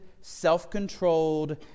self-controlled